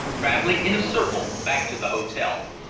traveling in a circle back to the hotel.